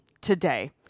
today